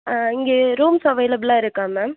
இங்கே ரூம்ஸ் அவைலபிளாக இருக்கா மேம்